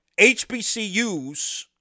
HBCUs